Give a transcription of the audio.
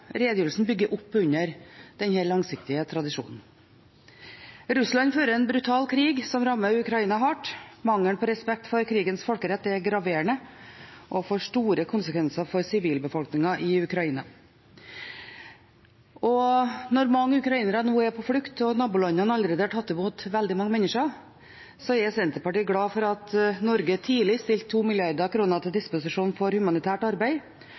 Redegjørelsen bygger opp under denne langsiktige tradisjonen. Russland fører en brutal krig, som rammer Ukraina hardt. Mangelen på respekt for krigens folkerett er graverende og får store konsekvenser for sivilbefolkningen i Ukraina. Når mange ukrainere nå er på flukt, og nabolandene allerede har tatt imot veldig mange mennesker, er Senterpartiet glad for at Norge tidlig stilte 2 mrd. kr til disposisjon for humanitært arbeid,